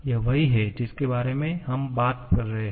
यह वही है जिसके बारे में हम बात कर रहे हैं